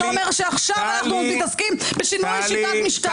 אתה אומר שעכשיו אנחנו מתעסקים בשינוי שיטת משטר.